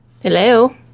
Hello